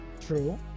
True